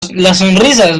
sonrisas